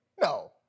No